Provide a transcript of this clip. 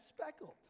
speckled